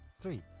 three